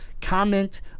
comment